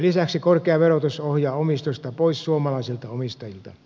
lisäksi korkea verotus ohjaa omistusta pois suomalaisilta omistajilta